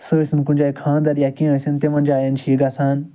سُہ ٲسۍ تَن کُنہ جایہِ خانٛدَر یا کیٚنٛہہ ٲسِن تِمن جایَن چھُ یہِ گَژھان